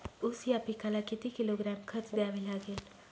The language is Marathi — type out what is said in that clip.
ऊस या पिकाला किती किलोग्रॅम खत द्यावे लागेल?